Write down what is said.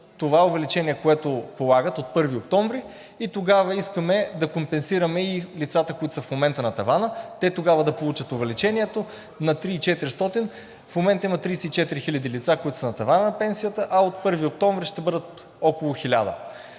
това увеличение, което им се полага от 1 октомври, и тогава искаме да компенсираме и лицата, които са в момента на тавана – те тогава да получат увеличението на 3400 лв. В момента има 34 хиляди лица, които са на тавана на пенсията, а от 1 октомври ще бъдат около 1000.